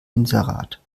inserat